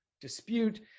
dispute